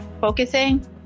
focusing